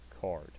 card